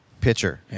pitcher